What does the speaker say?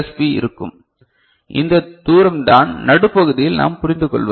B இருக்கும் இந்த தூரம் தான் நடுப்பகுதியில் நாம் புரிந்துகொள்வது